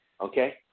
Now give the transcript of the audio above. Okay